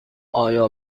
آیا